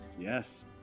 Yes